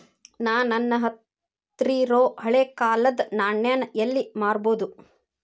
ನಾ ನನ್ನ ಹತ್ರಿರೊ ಹಳೆ ಕಾಲದ್ ನಾಣ್ಯ ನ ಎಲ್ಲಿ ಮಾರ್ಬೊದು?